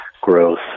growth